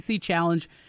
Challenge